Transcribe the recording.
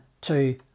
two